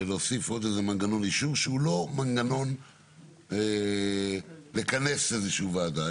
להוסיף עוד איזה מנגנון אישור שהוא לא מנגנון לכנס איזושהי ועדה,